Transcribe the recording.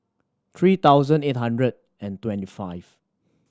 three thousand eight hundred and twenty five